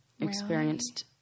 experienced